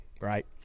right